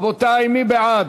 רבותי, מי בעד?